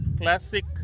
classic